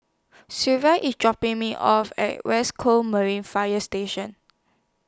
Sylvia IS dropping Me off At West Coast Marine Fire Station